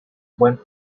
when